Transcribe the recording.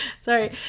Sorry